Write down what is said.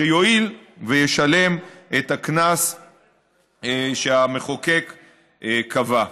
שיואיל וישלם את הקנס שהמחוקק קבע.